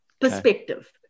perspective